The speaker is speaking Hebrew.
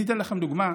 אני אתן לכם דוגמה: